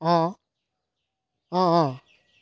অঁ অঁ অঁ